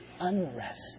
unrest